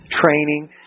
training